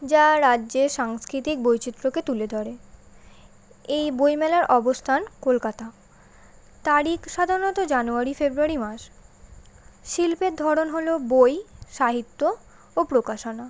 যা রাজ্যের সাংস্কৃতিক বৈচিত্র্যকে তুলে ধরে এই বই মেলার অবস্থান কলকাতা তারিখ সাধারণত জানুয়ারি ফেব্রুয়ারি মাস শিল্পের ধরন হলো বই সাহিত্য ও প্রকাশনা